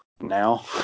now